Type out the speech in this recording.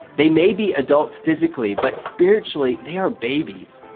they may be adults physically, but spiritually, they are babies.